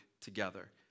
together